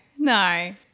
No